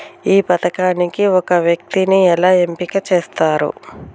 ఈ పథకానికి ఒక వ్యక్తిని ఎలా ఎంపిక చేస్తారు?